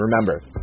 remember